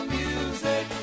music